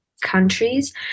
countries